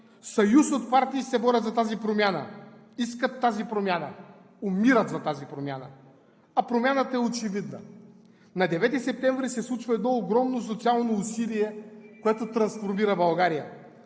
Съюз от партии се борят за тази промяна, искат тази промяна, умират за тази промяна, а промяната е очевидна. На 9 септември се случва едно огромно социално усилие, което трансформира България.